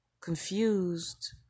confused